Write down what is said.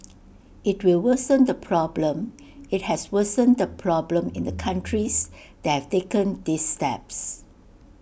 IT will worsen the problem IT has worsened the problem in the countries that have taken these steps